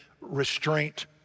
restraint